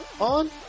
on